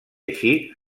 així